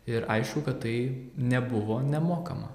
ir aišku kad tai nebuvo nemokama